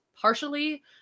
partially